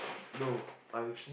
no